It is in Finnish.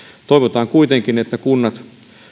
toivotaan kuitenkin että kunnat